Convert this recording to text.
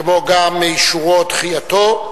כמו גם אישורו או דחייתו.